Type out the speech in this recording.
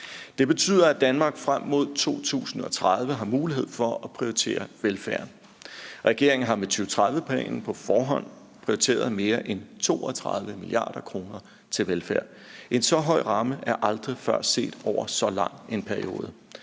Det betyder, at Danmark frem mod 2030 har mulighed for at prioritere velfærden. Regeringen har med 2030-planen på forhånd prioriteret mere end 32 mia. kr. til velfærd. En så høj ramme er aldrig før set over så lang en periode.